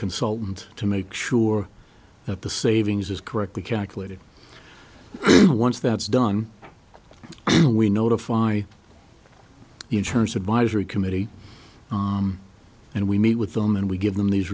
consultant to make sure that the savings is correctly calculated once that's done we notify in terms of visor committee and we meet with them and we give them these